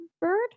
bird